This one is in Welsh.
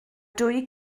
dwy